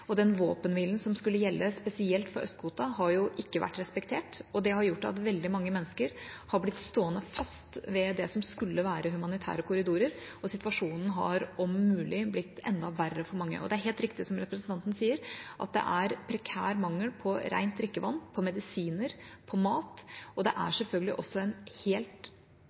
Den våpenhvilen som skulle gjelde spesielt for Øst-Ghouta, har ikke vært respektert. Det har gjort at veldig mange mennesker har blitt stående fast ved det som skulle være humanitære korridorer, og situasjonen har om mulig blitt enda verre for mange. Det er helt riktig som representanten sier, at det er prekær mangel på rent drikkevann, på medisiner og på mat. Det er selvfølgelig også en helt